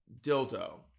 dildo